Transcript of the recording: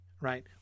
Right